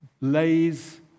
lays